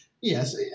Yes